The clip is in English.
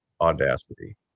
Audacity